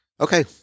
Okay